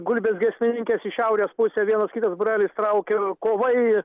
gulbės giesmininkės į šiaurės pusę vienas kitas būrelis traukia ir kovai